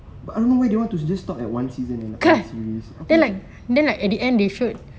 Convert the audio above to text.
but I don't know why they want to just stop at one season and one series aku macam